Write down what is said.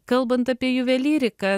kalbant apie juvelyriką